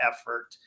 effort